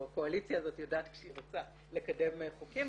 הקואליציה הזאת יודעת כשהיא רוצה לקדם חוקים.